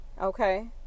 Okay